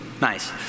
Nice